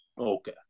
Okay